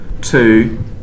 two